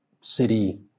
city